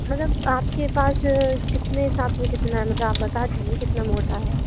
मतलब आपके पास कितने हिसाब से कितना मतलब आप बता दीजिए कितना मोटा है